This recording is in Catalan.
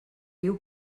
viu